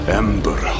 ember